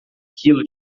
quilo